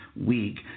Week